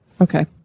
Okay